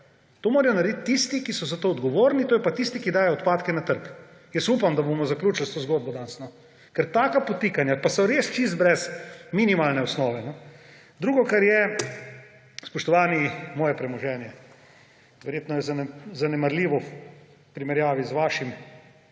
To morajo narediti tisti, ki so za to odgovorni, to so pa tisti, ki dajejo odpadke na trg. Jaz upam, da bomo zaključili s to zgodbo danes, ker taka podtikanja pa so res čisto brez minimalne osnove. Drugo, kar je, spoštovani, moje premoženje. Verjetno je zanemarljivo v primerjavi z vašim,